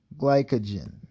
glycogen